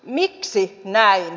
miksi näin